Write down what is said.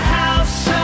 house